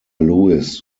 lewis